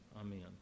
Amen